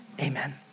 amen